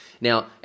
Now